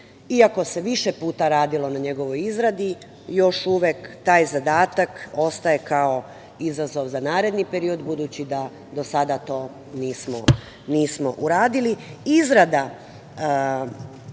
Iako se više puta radilo na njegovoj izradi, još uvek taj zadatak ostaje kao izazov za naredni period, budući da do sada to nismo uradili.